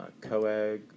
coag